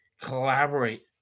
collaborate